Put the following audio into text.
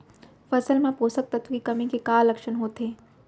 फसल मा पोसक तत्व के कमी के का लक्षण होथे?